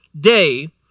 day